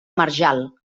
marjal